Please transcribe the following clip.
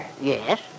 Yes